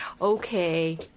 Okay